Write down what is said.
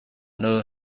know